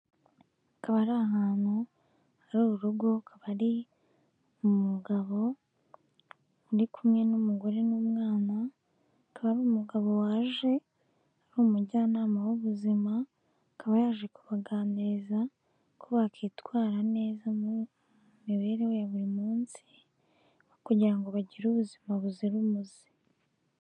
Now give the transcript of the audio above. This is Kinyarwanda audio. Akaba ari ahantu hari urugo hari umugabo uri kumwe n'umugore n'umwana akaba ari umugabo waje ari umujyanama w'ubuzima akaba yaje kubaganiriza ko bakitwara neza mu mibereho ya buri munsi kugira ngo bagire ubuzima buzira umuze.